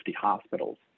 hospitals